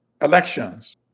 elections